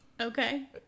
Okay